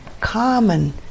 common